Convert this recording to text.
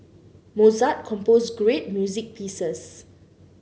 Mozart composed great music pieces